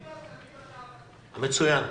המצוין.